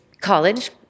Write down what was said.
college